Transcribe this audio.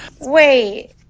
Wait